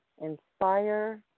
inspire